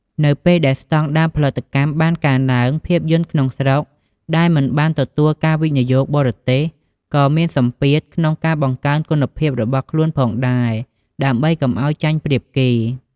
នៅពេលដែលស្តង់ដារផលិតកម្មបានកើនឡើង ភាពយន្តក្នុងស្រុកដែលមិនបានទទួលការវិនិយោគបរទេស ក៏មានសម្ពាធក្នុងការបង្កើនគុណភាពរបស់ខ្លួនផងដែរ ដើម្បីកុំឱ្យចាញ់ប្រៀបគេ។